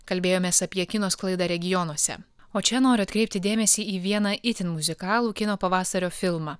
kalbėjomės apie kino sklaidą regionuose o čia noriu atkreipti dėmesį į vieną itin muzikalų kino pavasario filmą